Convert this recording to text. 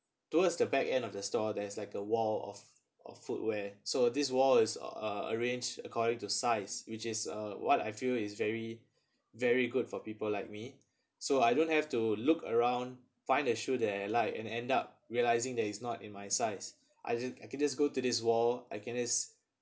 towards the back end of the store there's like a wall of of footwear so this wall is uh arranged according to size which is uh what I feel is very very good for people like me so I don't have to look around find a shoe that I like and end up realising that is not in my size I just I can just go to this wall I can just